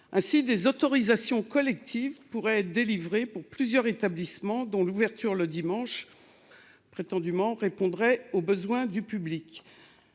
Ainsi, des autorisations collectives pourraient être délivrées pour plusieurs établissements afin, prétendument, de répondre aux besoins du public.